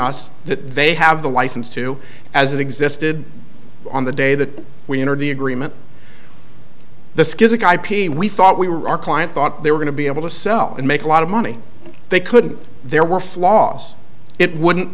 us that they have the license to as it existed on the day that we entered the agreement the skills like ip we thought we were our client thought they were going to be able to sell and make a lot of money they couldn't there were flaws it wouldn't